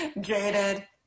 jaded